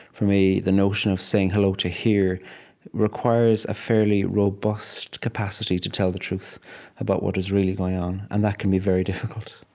for me, the notion of saying hello to here requires a fairly robust capacity to tell the truth about what is really going on. and that can be very difficult